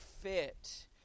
fit